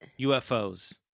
UFOs